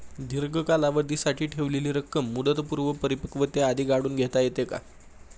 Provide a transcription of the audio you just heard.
दीर्घ कालावधीसाठी ठेवलेली रक्कम मुदतपूर्व परिपक्वतेआधी काढून घेता येते का?